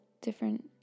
different